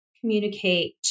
communicate